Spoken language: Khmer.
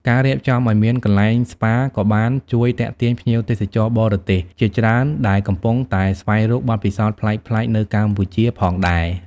ការរៀបចំឲ្យមានកន្លែងស្ប៉ាក៏បានជួយទាក់ទាញភ្ញៀវទេសចរបរទេសជាច្រើនដែលកំពុងតែស្វែងរកបទពិសោធន៍ប្លែកៗនៅកម្ពុជាផងដែរ។